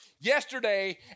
yesterday